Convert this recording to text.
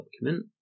document